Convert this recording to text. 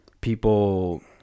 people